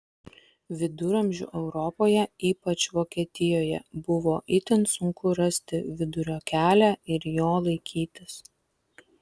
viduramžių europoje ypač vokietijoje buvo itin sunku rasti vidurio kelią ir jo laikytis